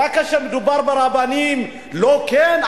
ורק כאשר מדובר ברבנים לא כן?